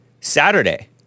Saturday